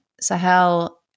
Sahel